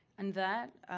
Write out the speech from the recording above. and that,